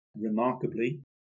remarkably